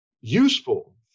useful